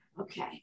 Okay